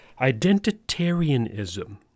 identitarianism